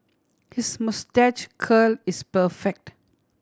his moustache curl is perfect